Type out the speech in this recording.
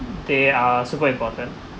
they are super important